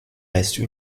restent